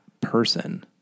person